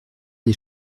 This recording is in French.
des